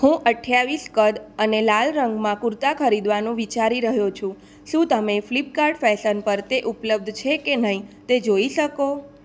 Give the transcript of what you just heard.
હું અઠ્ઠાવીસ કદ અને લાલ રંગમાં કુર્તા ખરીદવાનું વિચારી રહ્યો છું શું તમે ફ્લિપકાટ ફેસન પર તે ઉપલબ્ધ છે કે નહીં તે જોઈ શકો